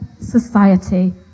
society